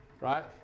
right